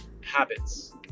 Habits